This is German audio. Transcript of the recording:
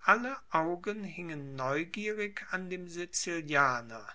alle augen hingen neugierig an dem sizilianer